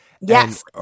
Yes